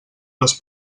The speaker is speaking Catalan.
les